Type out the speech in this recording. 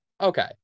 Okay